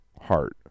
heart